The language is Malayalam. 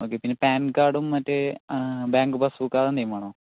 ഓക്കേ പിന്നെ പാൻ കാർഡും മറ്റ് ബാങ്ക് പാസ്സ്ബുക്ക് അതെന്തെങ്കിലും വേണോ